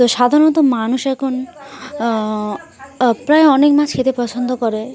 তো সাধারণত মানুষ এখন প্রায় অনেক মাছ খেতে পছন্দ করে